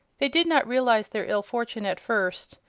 they did not realize their ill fortune at first,